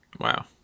Wow